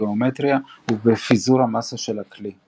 בגאומטריה ובפיזור המסה של הכלי.